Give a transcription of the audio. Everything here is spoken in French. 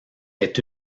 est